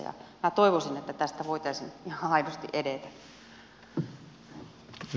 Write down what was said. minä toivoisin että tästä voitaisiin ihan aidosti edetä